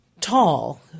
tall